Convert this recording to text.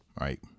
right